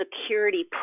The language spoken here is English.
security